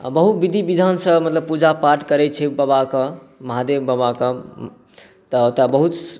आ बहुत विधि विधानसँ मतलब पूजा पाठ करै छै बबाक महादेव बबाक तऽ ओतऽ बहुत